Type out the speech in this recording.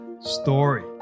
story